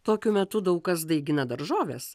tokiu metu daug kas daigina daržoves